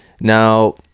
now